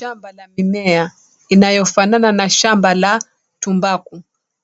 Shamba la mimea inayofanana na shamba la tumbaku